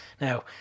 Now